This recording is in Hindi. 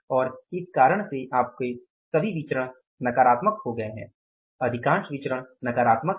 और इस कारण से आपके सभी विचरण नकारात्मक हो गए हैं अधिकांश विचरण नकारात्मक हैं